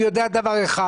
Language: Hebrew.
אני יודע דבר אחד.